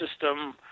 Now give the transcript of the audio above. system